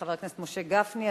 חבר הכנסת משה גפני.